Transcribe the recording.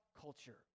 culture